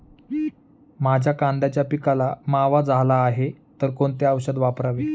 माझ्या कांद्याच्या पिकाला मावा झाला आहे तर कोणते औषध वापरावे?